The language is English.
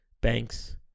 Banks